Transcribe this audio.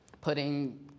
Putting